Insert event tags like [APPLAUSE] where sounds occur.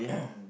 [COUGHS]